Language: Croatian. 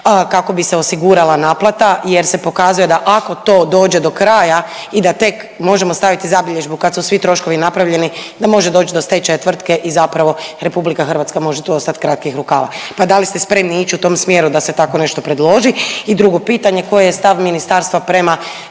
kako bi se osigurala naplata jer se pokazuje da ako to dođe do kraja i da tek možemo staviti zabilježbu kad su svi troškovi napravljeni da može doći do stečaja tvrtke i zapravo RH može tu ostat kratkih rukava. Pa da li ste spremni ić u tom smjeru da se tako nešto predloži? I drugo pitanje, koji je stav ministarstva prema